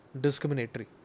discriminatory